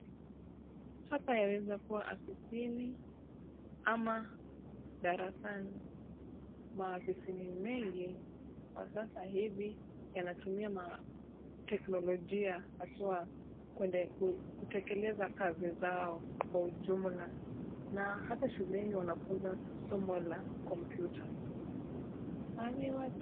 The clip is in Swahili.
Hapa yaweza kuwa afisini ama darasani. Maafisini mengi kwa sasa hivi yanatumia mateknolojia haswa kutekeleza kazi zao kwa ujumla na hata shuleni wanafunza somo la kompyuta.